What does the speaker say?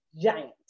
giant